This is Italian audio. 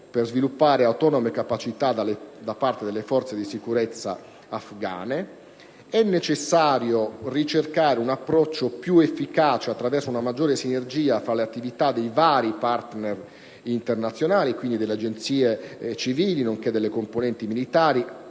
per sviluppare autonome capacità da parte delle forze di sicurezza afgane, ricercare un approccio più efficace, attraverso una maggiore sinergia tra l'attività dei vari partner internazionali, quindi agenzie civili nonché componenti militari,